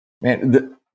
Man